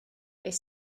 beth